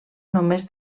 només